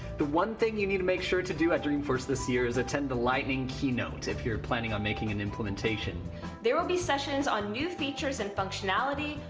the one thing you need to make sure to do at dreamforce this year is attend the lightning keynote if you're planning on making an implementation there will be sessions on new features and functionality,